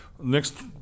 next